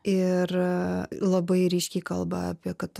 ir labai ryškiai kalba apie kad